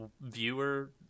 viewer